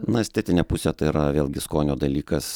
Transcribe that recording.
na estetinė pusė tai yra vėlgi skonio dalykas